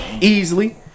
easily